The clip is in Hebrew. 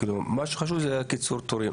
מה שחשוב זה קיצור התורים.